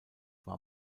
war